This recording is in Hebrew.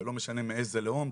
ולא משנה מאיזה לאום,